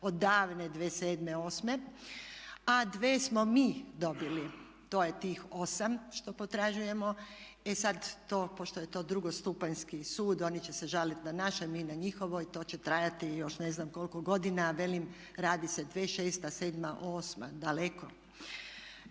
od davne 2007., 2008., a dvije smo mi dobili. To je tih 8 što potražujemo. E sad, pošto je to drugostupanjski sud oni će se žaliti na naše, mi na njihovo i to će trajati još ne znam koliko godina, a velim radi se o 2006., 2007., 2008. Jedino